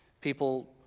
people